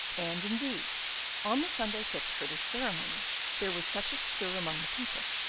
and indeed on the sunday fixed for this ceremony there was such a stir among the people,